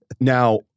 Now